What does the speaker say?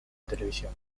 televisión